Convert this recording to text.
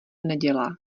nedělá